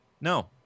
No